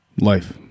Life